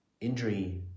injury